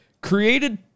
created